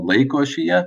laiko ašyje